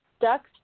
Ducks